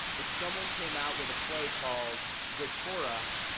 if someone came out with a play called the torah,